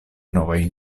novajn